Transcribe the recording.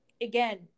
again